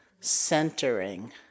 centering